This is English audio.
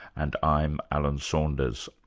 and i'm alan saunders.